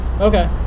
Okay